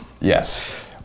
Yes